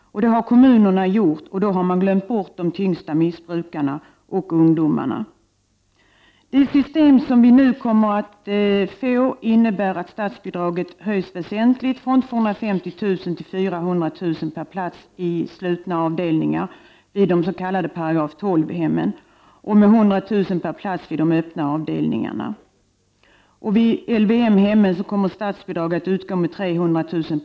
Därmed har man glömt bort de tyngsta missbrukarna och ungdomarna. Det system som nu kommer att införas innebär att statsbidraget höjs väsentligt, från 250 000 till 400 000 kr. per plats i slutna avdelningar vid de s.k. §12-hemmen och med 100 000 kr. per plats vid de öppna avdelningarna. Vid LVM-hemmen kommer statsbidrag att utgå med 300 000 kr.